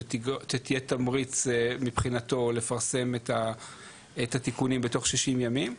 שיהיה תמריץ מבחינתו לפרסם את התיקונים בתוך 60 ימים.